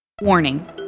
Warning